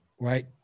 Right